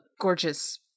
gorgeous